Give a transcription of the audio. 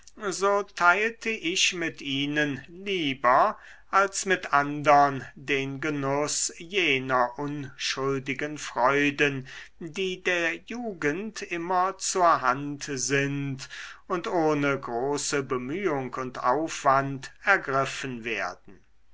so teilte ich mit ihnen lieber als mit andern den genuß jener unschuldigen freuden die der jugend immer zur hand sind und ohne große bemühung und aufwand ergriffen werden